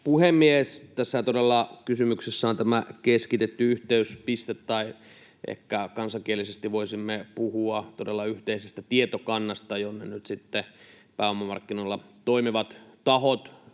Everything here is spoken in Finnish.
puhemies! Tässä todella kysymyksessä on tämä keskitetty yhteyspiste, tai ehkä kansankielisesti voisimme puhua todella yhteisestä tietokannasta, jonne nyt sitten pääomamarkkinoilla toimivat tahot